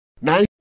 Now